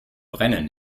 brennen